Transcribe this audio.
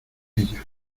ella